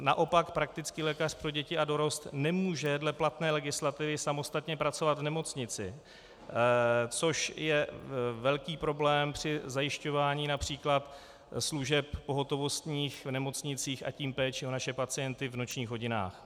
Naopak praktický lékař pro děti a dorost nemůže dle platné legislativy samostatně pracovat v nemocnici, což je velký problém při zajišťování např. pohotovostních služeb v nemocnicích, a tím péče o naše pacienty v nočních hodinách.